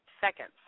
seconds